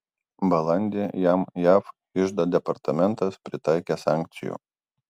balandį jam jav iždo departamentas pritaikė sankcijų